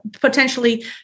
potentially